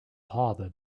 harder